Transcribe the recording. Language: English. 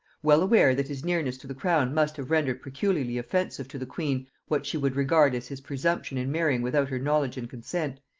well aware that his nearness to the crown must have rendered peculiarly offensive to the queen what she would regard as his presumption in marrying without her knowledge and consent,